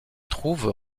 trouvent